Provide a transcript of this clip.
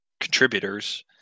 contributors